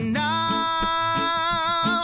now